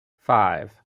five